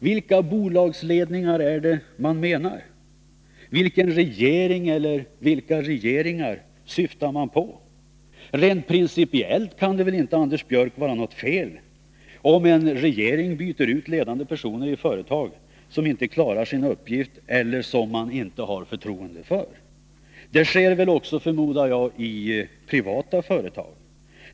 Vilka bolagsledningar är det man menar? Vilken regering, eller vilka regeringar, syftar man på? Rent principiellt kan det väl inte, Anders Björck, vara något fel om en regering byter ut ledande personer i företag som inte klarar sina uppgifter eller som man inte har förtroende för. Det sker också, förmodar jag, i privata företag.